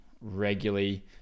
regularly